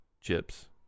chips